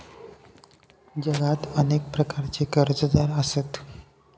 जगात अनेक प्रकारचे कर्जदार आसत